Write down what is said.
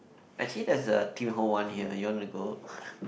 actually there's a tim-ho-wan here you wanna go